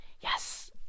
yes